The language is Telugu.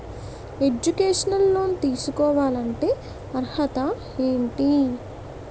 ఎడ్యుకేషనల్ లోన్ తీసుకోవాలంటే అర్హత ఏంటి?